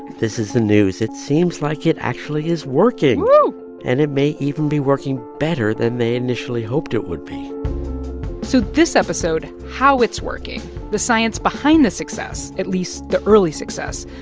this is the news. it seems like it actually is working woo and it may even be working better than they initially hoped it would be so this episode how it's working the science behind the success, at least the early success,